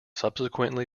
subsequently